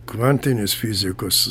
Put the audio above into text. kvantinės fizikos